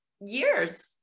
years